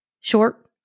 Short